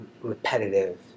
repetitive